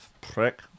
prick